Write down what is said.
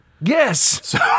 Yes